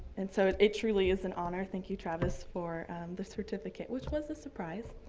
and so it it truly is an honor. thank you, travis, for the certificate which was a surprise.